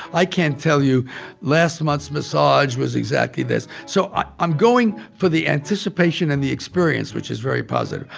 i can't tell you last month's massage was exactly this. so i'm going for the anticipation and the experience, which is very positive.